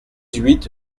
huit